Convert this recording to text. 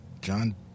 John